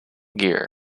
gear